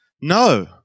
No